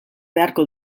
beharko